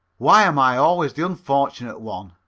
why am i always the unfortunate one?